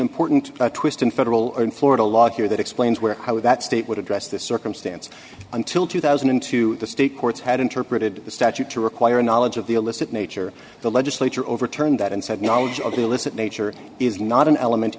important twist in federal and florida law here that explains where how that state would address this circumstance until two thousand and two the state courts had interpreted the statute to require a knowledge of the illicit nature the legislature overturned that and said knowledge of the illicit nature is not an element